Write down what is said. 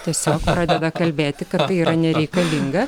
tiesiog pradeda kalbėti kad tai yra nereikalinga